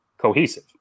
cohesive